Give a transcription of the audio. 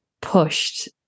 pushed